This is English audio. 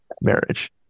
marriage